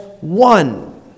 one